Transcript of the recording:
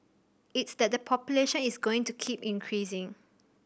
it's that the population is going to keep increasing